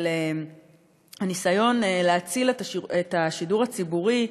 של ניסיון להציל את השידור הציבורי,